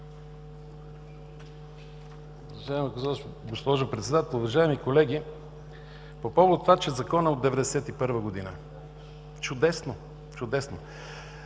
Уважаема госпожо Председател, уважаеми колеги! По повод това, че Законът е от 1991 г. – чудесно! Чудесно!